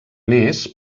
més